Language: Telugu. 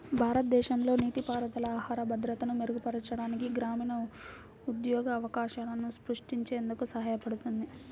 భారతదేశంలో నీటిపారుదల ఆహార భద్రతను మెరుగుపరచడానికి, గ్రామీణ ఉద్యోగ అవకాశాలను సృష్టించేందుకు సహాయపడుతుంది